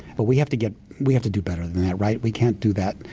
but we have to get, we have to do better than that, right. we can't do that.